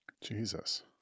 Jesus